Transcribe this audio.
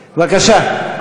בבקשה.